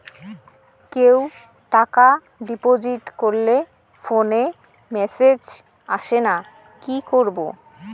কেউ টাকা ডিপোজিট করলে ফোনে মেসেজ আসেনা কি করবো?